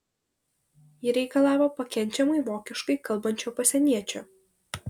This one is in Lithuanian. ji reikalavo pakenčiamai vokiškai kalbančio pasieniečio